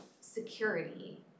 security